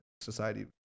society